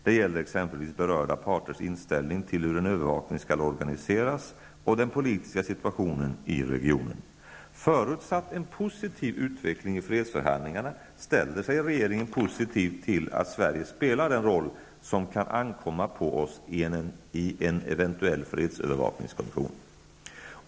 Det gäller exempelvis berörda parters inställning till hur en övervakning skall organiseras och den politiska situationen i regionen. Förutsatt en positiv utveckling i fredsförhandlingarna ställer sig regeringen positiv till att Sverige spelar den roll som kan ankomma på oss i en eventuell fredsövervakningskommission.